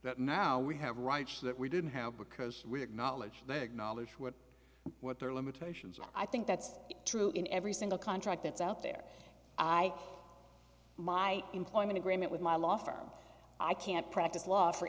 that now we have rights that we didn't have because we acknowledge they acknowledge what what their limitations are i think that's true in every single contract that's out there i my employment agreement with my law firm i can't practice law for